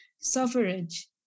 suffrage